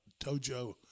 Tojo